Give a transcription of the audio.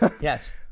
yes